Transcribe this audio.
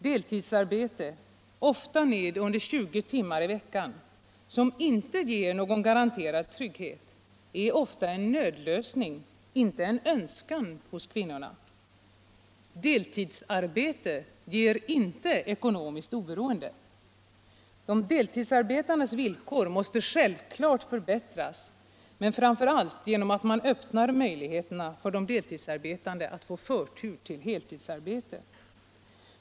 Dehidsarbete, ofta under 20 timmar i veckan, som inte ger någon garanterad trygghet, är många gånger en nödlösning, inte'en önskan hos kvinnorna. Deltidsarbete ger inte ekonomiskt oberoende. De deltidsarbetandes villkor måste självfallél förbättras, framför allt genom att man öppnar möjligheterna för de deltidsarbetande att få förtur till heltidsarbete.